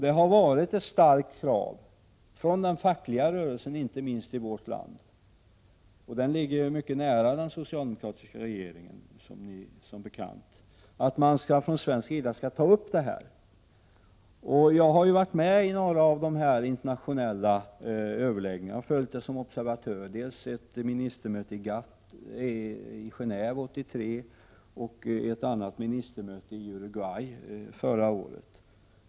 Det har varit ett starkt krav från den fackliga rörelsens sida, inte minst i vårt land — och denna står som bekant mycket nära den socialdemokratiska regeringen — att man från svensk sida skall ta upp dessa saker. Jag har varit med vid några av de internationella överläggningarna i detta sammanhang och har då följt dem i egenskap av observatör. Jag tänker då på dels ett ministermöte i Gen&ve 1983, dels ett ministermöte i Uruguay förra året.